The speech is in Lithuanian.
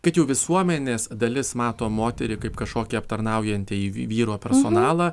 kad jau visuomenės dalis mato moterį kaip kažkokį aptarnaujantįjį vyro personalą